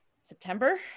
september